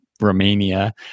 romania